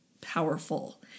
powerful